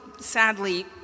sadly